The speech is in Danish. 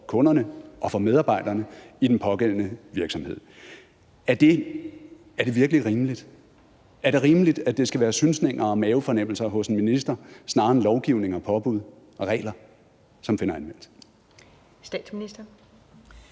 kunderne og for medarbejderne i den pågældende virksomhed. Er det virkelig rimeligt? Er det rimeligt, at det skal være synsninger og mavefornemmelser hos en minister snarere end lovgivning og påbud og regler, som finder anvendelse?